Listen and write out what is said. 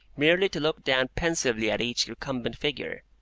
merely to look down pensively at each recumbent figure.